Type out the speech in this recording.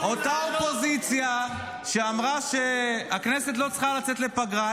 אותה אופוזיציה שאמרה שהכנסת לא צריכה לצאת לפגרה,